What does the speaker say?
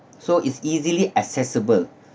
so it's easily accessible